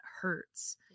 hurts